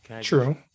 True